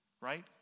right